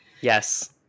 yes